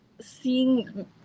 seeing